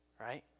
right